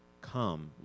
Come